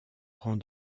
rend